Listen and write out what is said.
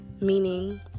Meaning